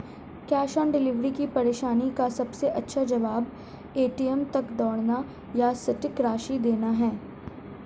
cash on delivery की परेशानी का सबसे अच्छा जवाब, ए.टी.एम तक दौड़ना या सटीक राशि देना है